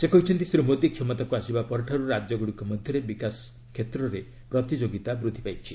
ସେ କହିଛନ୍ତି ଶ୍ରୀ ମୋଦୀ କ୍ଷମତାକୁ ଆସିବା ପରଠାରୁ ରାଜ୍ୟଗୁଡ଼ିକ ମଧ୍ୟରେ ବିକାଶ କ୍ଷେତ୍ରରେ ପ୍ରତିଯୋଗୀତା ବୃଦ୍ଧି ପାଇଛି